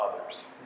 others